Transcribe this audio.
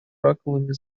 раковыми